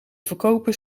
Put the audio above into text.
verkoper